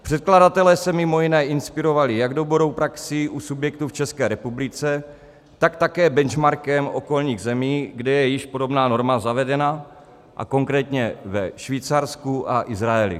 Předkladatelé se mimo jiné inspirovali jak dobrou praxí u subjektů v České republice, tak také benchmarkem okolních zemí, kde je již podobná norma zavedena, a konkrétně ve Švýcarsku a Izraeli.